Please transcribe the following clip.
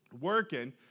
working